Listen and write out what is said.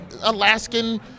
Alaskan